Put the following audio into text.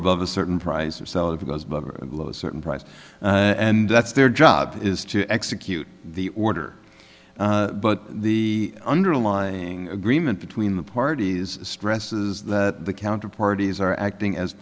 above a certain price or sell it because of certain price and that's their job is to execute the order but the underlying agreement between the parties stresses that the counter parties are acting as